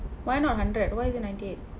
why not hundred why is it ninety eight